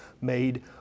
made